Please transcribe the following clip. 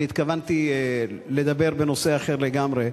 אני התכוונתי לדבר בנושא אחר לגמרי,